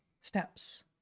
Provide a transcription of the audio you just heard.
steps